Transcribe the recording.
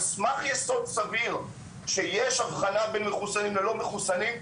סמך יסוד סביר שיש אבחנה בין מחוסנים ללא מחוסנים,